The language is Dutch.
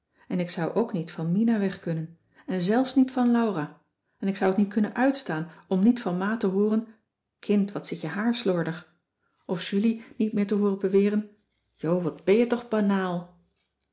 en ik zou ook niet van mina wegkunnen en zelfs niet van laura en ik zou t niet kunnen uitstaan om niet van ma te hooren kind wat zit je haar slordig of julie niet meer te hooren beweren